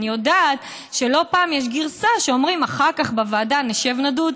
אני יודעת שלא פעם יש גרסה שאומרים: אחר כך בוועדה נשב ונדון,